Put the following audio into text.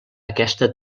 aquesta